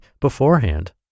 beforehand